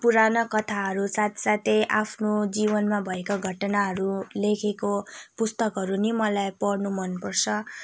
पुराना कथाहरू साथसाथै आफ्नो जीवनमा भएका घटनाहरू लेखेको पुस्तकहरू पनि मलाई पढ्नु मनपर्छ